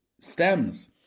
stems